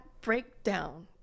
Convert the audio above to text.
breakdown